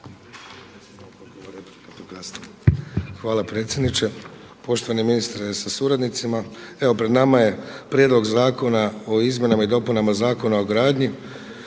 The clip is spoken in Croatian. Hvala predsjedniče. Poštovani ministre sa suradnicima. Evo pred nama je Prijedlog zakona o izmjenama i dopunama Zakona o gradnji.